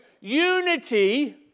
unity